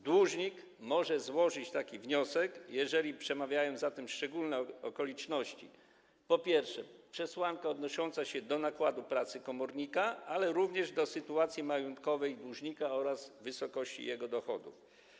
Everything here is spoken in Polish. Dłużnik może złożyć taki wniosek, jeżeli przemawiają za tym szczególne okoliczności: przesłanka odnosząca się do nakładu pracy komornika, ale również do sytuacji majątkowej dłużnika oraz wysokości jego dochodów.